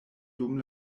dum